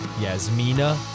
Yasmina